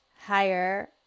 higher